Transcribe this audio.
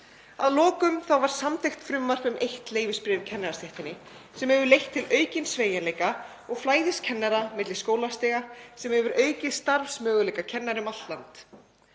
Að lokum var samþykkt frumvarp um eitt leyfisbréf í kennarastéttinni sem hefur leitt til aukins sveigjanleika og flæðis kennara milli skólastiga sem hefur aukið starfsmöguleika kennara um allt land.